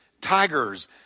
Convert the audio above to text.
tigers